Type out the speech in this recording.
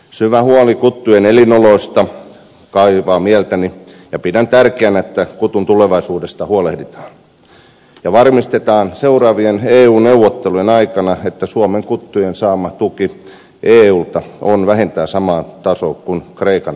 syvä huoli kuttujen elinoloista kaivaa mieltäni ja pidän tärkeänä että kutun tulevaisuudesta huolehditaan ja varmistetaan seuraavien eu neuvottelujen aikana että suomen kuttujen saama tuki eulta on vähintään samaa tasoa kuin kreikan kuttujen